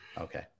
okay